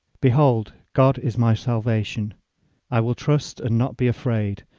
behold, god is my salvation i will trust and not be afraid,